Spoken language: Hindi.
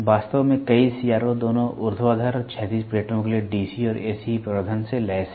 वास्तव में कई सीआरओ दोनों ऊर्ध्वाधर और क्षैतिज प्लेटों के लिए डीसी और एसी प्रवर्धन से लैस हैं